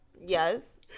Yes